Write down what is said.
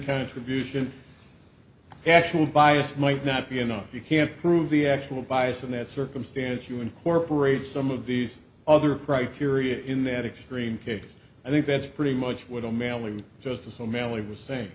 contribution actual bias might not be enough you can't prove the actual bias in that circumstance you incorporate some of these other criteria in the extreme case i think that's pretty much what a mailing just to so manly was saying